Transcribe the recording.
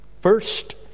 First